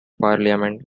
parliament